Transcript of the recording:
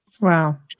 wow